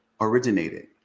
originated